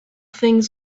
things